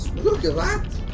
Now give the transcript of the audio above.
look at that!